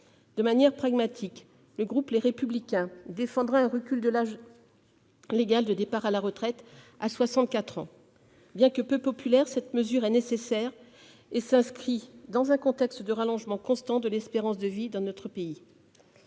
De manière pragmatique, le groupe Les Républicains défendra un recul de l'âge légal de départ à la retraite à 64 ans. Bien que peu populaire, cette mesure est nécessaire et s'inscrit dans un contexte de rallongement constant de l'espérance de vie dans notre pays.